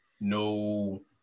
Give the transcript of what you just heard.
no